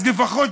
אז לפחות,